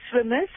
swimmers